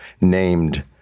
named